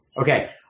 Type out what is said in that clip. Okay